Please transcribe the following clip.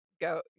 go